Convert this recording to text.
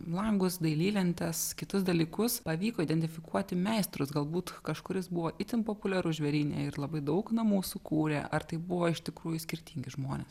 langus dailylentes kitus dalykus pavyko identifikuoti meistrus galbūt kažkuris buvo itin populiarus žvėryne ir labai daug namų sukūrė ar tai buvo iš tikrųjų skirtingi žmonės